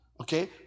okay